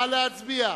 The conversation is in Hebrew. נא להצביע.